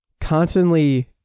constantly